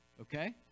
Okay